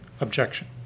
objection